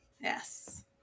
Yes